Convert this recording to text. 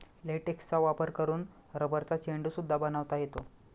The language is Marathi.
लेटेक्सचा वापर करून रबरचा चेंडू सुद्धा बनवता येतो